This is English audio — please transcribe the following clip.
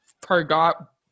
forgot